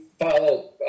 follow